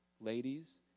Ladies